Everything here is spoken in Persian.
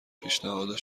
پیشنهاد